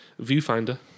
Viewfinder